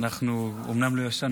אנחנו אומנם לא ישנו,